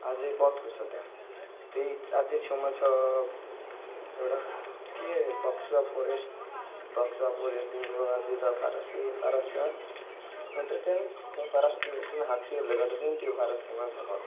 अझै बहुत कुछ छ त्यहाँ त्यही अझै छेउमा छ एउटा के बक्सा फरेस्ट बक्सा फरेस्टदेखिको अझै छ फारसै फारस छ अन्त चाहिँ त्यो फारसतिर चाहिँ हात्तीहरूले गर्दा चाहिँ त्यो फारस फेमस भएको